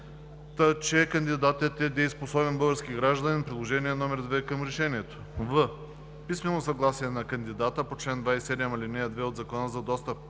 че кандидатът е дееспособен български гражданин – приложение № 2 към решението; в) писмено съгласие на кандидата по чл. 27, ал. 2 от Закона за достъпи